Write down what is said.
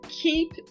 keep